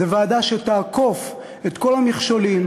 זו ועדה שתעקוף את כל המכשולים,